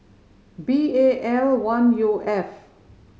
B A L one U F